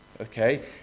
okay